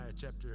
chapter